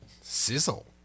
Sizzle